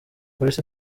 police